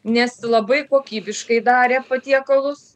nes labai kokybiškai darė patiekalus